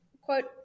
quote